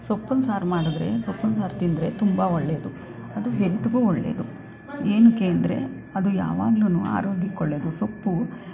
ಸೊಪ್ಪಿನ ಸಾರು ಮಾಡಿದರೆ ಸೊಪ್ಪಿನ ಸಾರು ತಿಂದರೆ ತುಂಬ ಒಳ್ಳೆಯದು ಅದು ಹೆಲ್ತಿಗೂ ಒಳ್ಳೆಯದು ಏನಕ್ಕೆ ಅಂದರೆ ಅದು ಯಾವಾಗ್ಲೂ ಆರೋಗ್ಯಕ್ಕೆ ಒಳ್ಳೆಯದು ಸೊಪ್ಪು